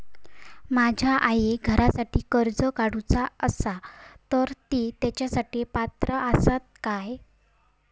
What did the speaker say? माझ्या आईक घरासाठी कर्ज काढूचा असा तर ती तेच्यासाठी पात्र असात काय?